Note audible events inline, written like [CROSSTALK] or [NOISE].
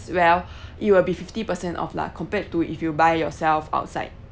well [BREATH] it will be fifty percent off lah compared to if you buy yourself outside